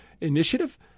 Initiative